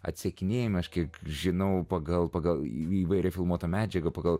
atsakinėjama kiek žinau pagal pagal įvairią filmuotą medžiagą pagal